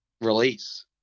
release